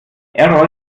erol